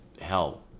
hell